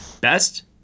best